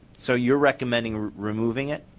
so you recommend removing it?